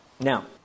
now